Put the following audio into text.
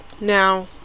now